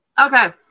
Okay